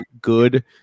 good